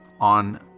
on